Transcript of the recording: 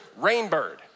Rainbird